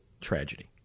tragedy